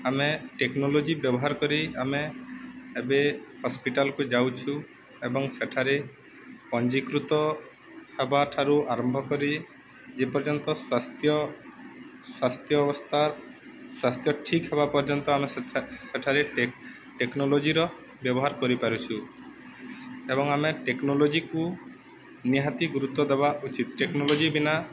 ଆମେ ଟେକ୍ନୋଲୋଜି ବ୍ୟବହାର କରି ଆମେ ଏବେ ହସ୍ପିଟାଲକୁ ଯାଉଛୁ ଏବଂ ସେଠାରେ ପଞ୍ଜୀକୃତ ହେବାଠାରୁ ଆରମ୍ଭ କରି ଯେପର୍ଯ୍ୟନ୍ତ ସ୍ୱାସ୍ଥ୍ୟ ସ୍ୱାସ୍ଥ୍ୟ ଅବସ୍ଥା ସ୍ୱାସ୍ଥ୍ୟ ଠିକ୍ ହେବା ପର୍ଯ୍ୟନ୍ତ ଆମେ ସେଠାରେ ଟେକ୍ନୋଲୋଜିର ବ୍ୟବହାର କରିପାରୁଛୁ ଏବଂ ଆମେ ଟେକ୍ନୋଲୋଜିକୁ ନିହାତି ଗୁରୁତ୍ୱ ଦେବା ଉଚିତ୍ ଟେକ୍ନୋଲୋଜି ବିନା